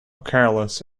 careless